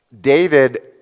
David